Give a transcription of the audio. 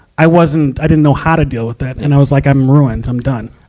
i wasn't, i didn't know how to deal with that. and i was, like, i'm ruined. i'm done.